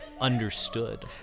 understood